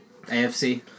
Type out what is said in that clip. AFC